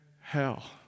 hell